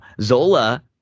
Zola